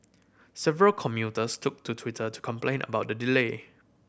several commuters took to Twitter to complain about the delay